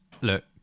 look